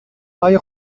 های